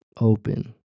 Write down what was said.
Open